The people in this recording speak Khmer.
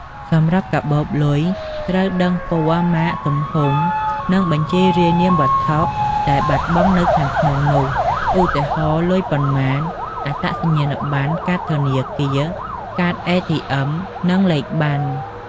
សម្រាប់កាបូបលុយ ត្រូវដឹងពណ៌ ម៉ាក ទំហំ និងបញ្ជីរាយនាមវត្ថុដែលបាត់បង់នៅខាងក្នុងនោះ ឧទាហរណ៍ លុយប៉ុន្មាន អត្តសញ្ញាណប័ណ្ណ កាតធនាគារ កាតអេធីអុឹម និងលេខប័ណ្ណ។